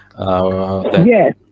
Yes